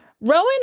Rowan